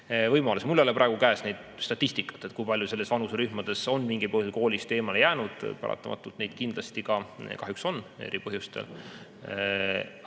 võimalus. Mul ei ole praegu käes statistikat, kui paljud selles vanuserühmas on mingil põhjusel koolist eemale jäänud, paratamatult neid kindlasti kahjuks on, eri põhjustel.